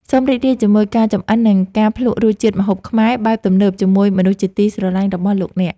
សូមរីករាយជាមួយការចម្អិននិងការភ្លក់រសជាតិម្ហូបខ្មែរបែបទំនើបជាមួយមនុស្សជាទីស្រឡាញ់របស់លោកអ្នក។